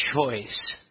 choice